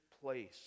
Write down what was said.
place